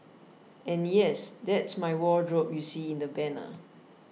and yes that's my wardrobe you see in the banner